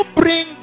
bring